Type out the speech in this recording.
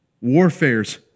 warfare's